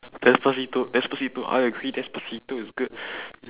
despacito despacito I agree despacito is good